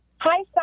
Hi